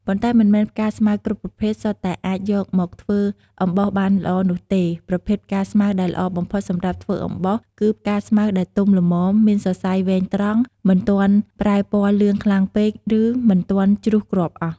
ប៉ុន្តែមិនមែនផ្កាស្មៅគ្រប់ប្រភេទសុទ្ធតែអាចយកមកធ្វើអំបោសបានល្អនោះទេ ប្រភេទផ្កាស្មៅដែលល្អបំផុតសម្រាប់ធ្វើអំបោស គឺផ្កាស្មៅដែលទុំល្មម មានសរសៃវែងត្រង់ មិនទាន់ប្រែពណ៌លឿងខ្លាំងពេក ឬមិនទាន់ជ្រុះគ្រាប់អស់។